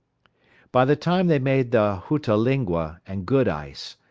by the time they made the hootalinqua and good ice,